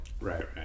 right